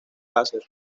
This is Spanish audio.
láser